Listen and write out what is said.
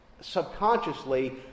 subconsciously